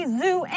zoo